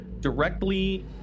Directly